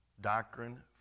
doctrine